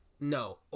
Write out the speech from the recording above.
No